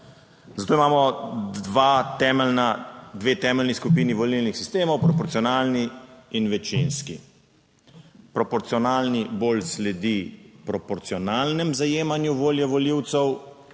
temeljna, dve temeljni skupini volilnih sistemov, proporcionalni in večinski. Proporcionalni bolj sledi proporcionalnem zajemanju volje volivcev